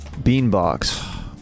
Beanbox